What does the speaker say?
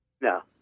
No